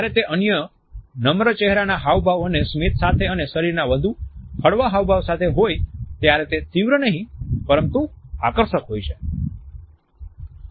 જ્યારે તે અન્ય નમ્ર ચેહરાના હાવભાવ અને સ્મિત સાથે અને શરીરના વધુ હળવા હાવભાવ સાથે હોય ત્યારે તે તીવ્ર નહી પરંતુ આકર્ષક હોય છે